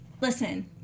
listen